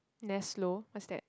Nestlo whats that